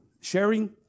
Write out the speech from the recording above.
sharing